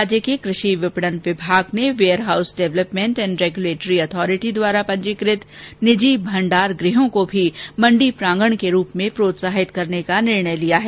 राज्य के कृषि विपणन विभाग ने warehouse development and regulatory authority द्वारा पंजीकृत निजी भंडार गृहों को भी मंडी प्रांगण के रूप में प्रोत्साहित करने का निर्णय लिया है